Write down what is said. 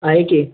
आहे की